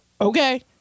Okay